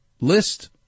list